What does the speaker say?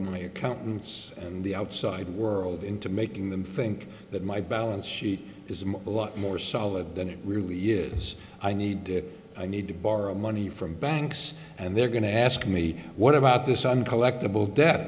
the accountants and the outside world into making them think that my balance sheet is a lot more solid than it really is i need to i need to borrow money from banks and they're going to ask me what about this i'm collectable